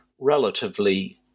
relatively